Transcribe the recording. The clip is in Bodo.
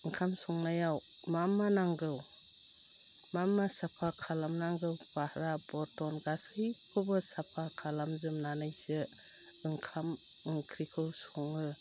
ओंखाम संनायाव मा मा नांगौ मा मा साफा खालामनांगौ गारहा बरटन गासैखौबो साफा खालामजोबनानैसो ओंखाम ओंख्रिखौ सङो